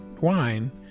wine